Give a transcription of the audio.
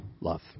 love